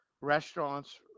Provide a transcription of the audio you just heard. restaurants